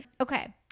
Okay